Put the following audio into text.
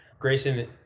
Grayson